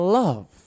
love